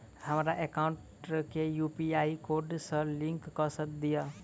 हमरा एकाउंट केँ UPI code सअ लिंक कऽ दिऽ?